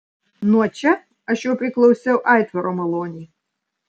nuo čia aš jau priklausiau aitvaro malonei